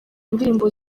indirimbo